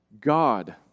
God